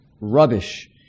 rubbish